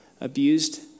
abused